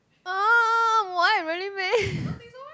!huh! why really meh